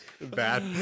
Bad